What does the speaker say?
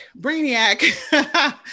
Brainiac